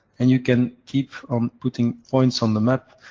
and you can keep on putting points on the map,